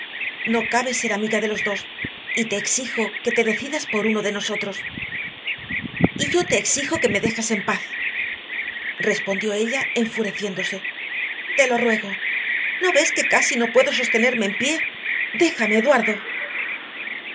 no cabe ser amiga de los dos y te exijo que te decidas por uno de nosotros y yo te exijo que me dejes en paz respondió ella enfureciéndose te lo ruego no ves que casi no puedo sostenerme en pie déjame eduardo